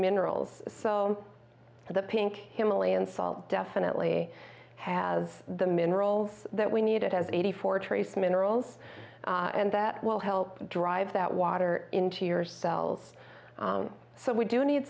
minerals so the pink himalayan salt definitely has the minerals that we need it has eighty four trace minerals and that will help to drive that water into your cells so we do need